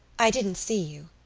i didn't see you.